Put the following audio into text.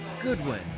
Goodwin